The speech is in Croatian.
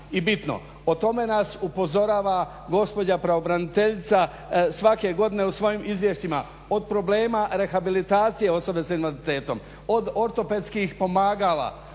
i bitno, o tome nas upozorava gospođa pravobraniteljica svake godine u svojim izvješćima. Od problema rehabilitacije osoba sa invaliditetom, od ortopedskih pomagala,